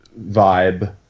vibe